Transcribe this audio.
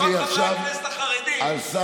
דיברתי עכשיו על, של כל חברי הכנסת החרדים.